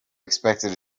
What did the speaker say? expected